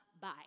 bye